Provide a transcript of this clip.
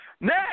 Next